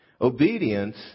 Obedience